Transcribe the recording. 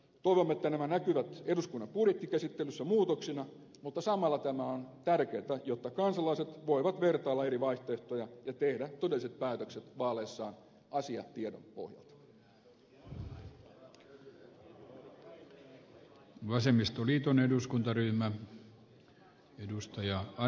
toivomme että nämä näkyvät eduskunnan budjettikäsittelyssä muutoksina mutta samalla tämä on tärkeätä jotta kansalaiset voivat vertailla eri vaihtoehtoja ja tehdä todelliset päätökset vaaleissaan asiatiedon pohjalta